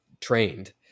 trained